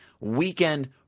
weekend